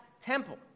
temple